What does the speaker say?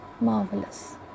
marvelous